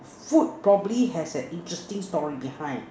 food probably has an interesting story behind